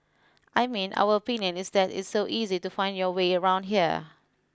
I mean our opinion is that it's so easy to find your way around here